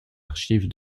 archives